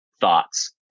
thoughts